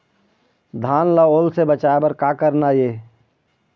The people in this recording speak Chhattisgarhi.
धान ला ओल से बचाए बर का करना ये?